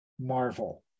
marvel